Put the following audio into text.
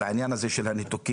על העניין הזה של הניתוקים,